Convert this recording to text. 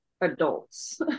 adults